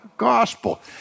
gospel